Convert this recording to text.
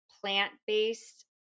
plant-based